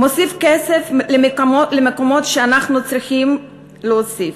מוסיף כסף למקומות שאנחנו צריכים להוסיף,